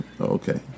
okay